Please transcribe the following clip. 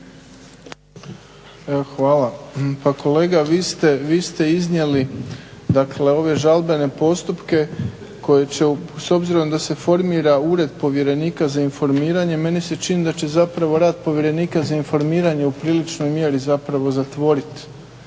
Hvala. Pa kolega, vi ste iznijeli ove žalbene postupke koji će, s obzirom da se formira Ured povjerenika za informiranje, meni se čini da će zapravo rad povjerenika za informiranje u prilično mjeri zapravo zatvoriti